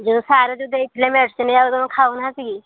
ଯୋଉ ସାର୍ ଯେଉଁ ଦେଇଥିଲେ ମେଡ଼ିସିନ୍ ଆଉ ତମେ ଖାଉନାହାଁନ୍ତି କି